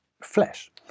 flesh